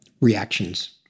reactions